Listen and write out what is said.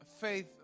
faith